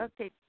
Okay